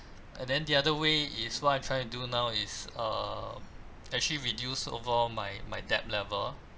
and then the other way is what I'm trying to do now is err actually reduce overall my my debt level